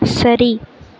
சரி